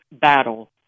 battle